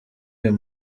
uyu